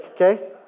okay